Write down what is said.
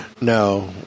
No